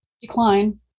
decline